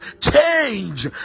change